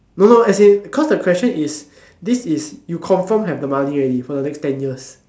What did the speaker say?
no no as in cause the question is this is you confirm have the money already for the next ten years